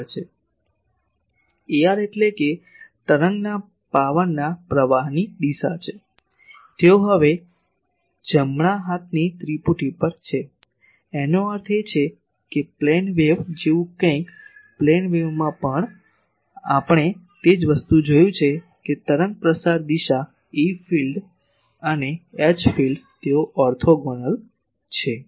ar એટલેકે તરંગના પાવરના પ્રવાહની દિશા છે તેઓ હવે જમણા હાથની ત્રિપુટી પર છે તેનો અર્થ એ કે પ્લેન વેવ જેવું કંઈક પ્લેન વેવમાં પણ આપણે તે જ વસ્તુ જોયું છે કે તરંગ પ્રસાર દિશા E ફિલ્ડ અને H ફિલ્ડ તેઓ ઓર્થોગોનલ છે